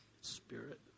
Spirit